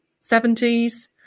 70s